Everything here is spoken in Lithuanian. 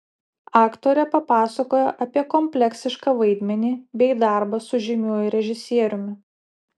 aktorė papasakojo apie kompleksišką vaidmenį bei darbą su žymiuoju režisieriumi